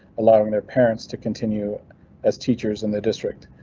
allowing their parents to continue as teachers in the district.